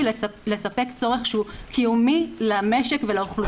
לספק צורך שהוא קיומי למשק ולאוכלוסייה.